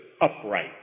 upright